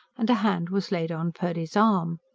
and a hand was laid on purdy's arm.